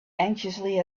anxiously